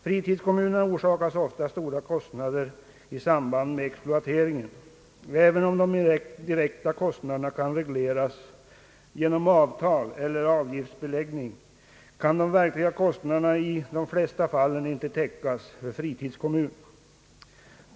Fritidskommunerna orsakas ofta stora kostnader i samband med exploateringen. Även om de direkta kostnaderna kan regleras genom avtal eller avgiftsbeläggning, kan de verkliga kostnaderna i de flesta fall inte täckas av fritidskommunen.